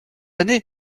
année